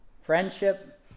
friendship